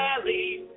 valley